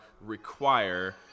require